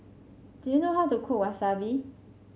do you know how to cook Wasabi